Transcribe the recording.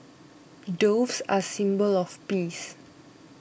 doves are a symbol of peace